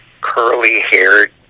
curly-haired